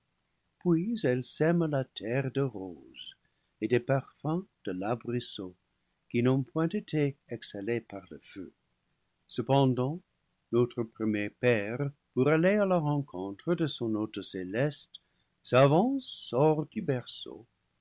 puis elle sème la terre de roses et des parfums de l'arbrisseau qui n'ont point été exhalés par le feu cependant notre premier père pour aller à la rencontre de de son hôte céleste s'avance hors du